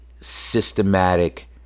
systematic